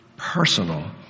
personal